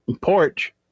porch